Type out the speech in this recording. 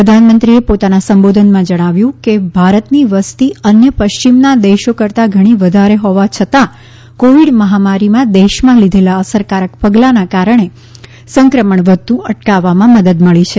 પ્રધાનમંત્રીએ પોતાના સંબોધનમાં જણાવ્યું કે ભારતની વસતી અન્ય પશ્ચિમના દેશો કરતાં ઘણી વધારે હોવા છતાં કોવિડ મહામારીમાં દેશમાં લીધેલા અસરકારક પગલાંના કારણે સંક્રમણ વધતુ અટકાવવામાં મદદ મળી છે